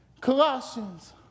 Colossians